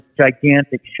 gigantic